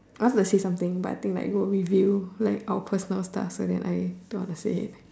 I want to say something but I think like will reveal like our personal stuff and then I don't want to say